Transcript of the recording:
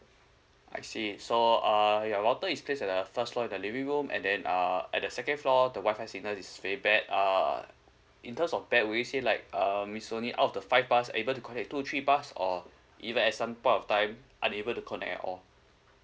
I see so uh your router is placed at the first floor in the living room and then uh at the second floor the Wi-Fi signal is very bad uh in terms of bad would you say like um it's only out of the five bars able to connect two three bars or even at some point of time unable to connect at all